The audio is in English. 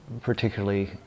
particularly